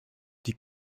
die